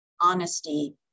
honesty